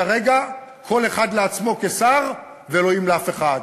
וכרגע כל אחד לעצמו כשֹר, ואלוהים לאף אחד.